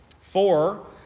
Four